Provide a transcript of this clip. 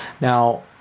Now